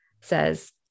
says